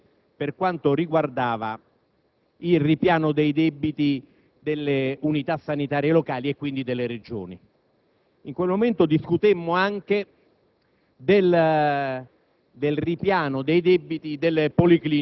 ricorrere a ripianare debiti delle aziende sanitarie locali. Ricordo che qualche anno fa - era allora presidente del Consiglio l'onorevole D'Alema